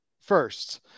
first